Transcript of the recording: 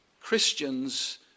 Christians